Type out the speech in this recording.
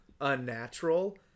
unnatural